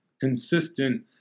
consistent